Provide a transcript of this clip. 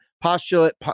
postulate